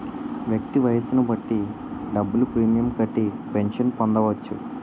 వ్యక్తి వయస్సును బట్టి డబ్బులు ప్రీమియం కట్టి పెన్షన్ పొందవచ్చు